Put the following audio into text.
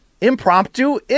impromptu